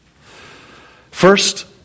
First